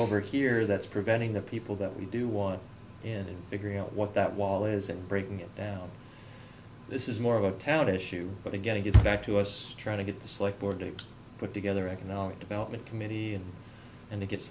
over here that's preventing the people that we do want in figuring out what that wall is and breaking it down this is more of a town issue but again it gets back to us trying to get the slick work to put together economic development committee and and to get